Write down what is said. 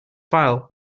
file